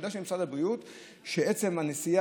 העמדה של משרד הבריאות היא שעצם הטיסה